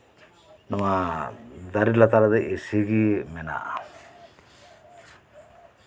ᱱᱚᱶᱟ ᱫᱟᱨᱮ ᱞᱟᱛᱟᱨ ᱨᱮᱫᱚ ᱤᱥᱤ ᱜᱮ ᱢᱮᱱᱟᱜᱼᱟ